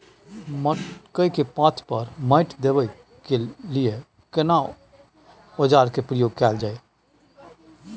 मकई के पाँति पर माटी देबै के लिए केना औजार के प्रयोग कैल जाय?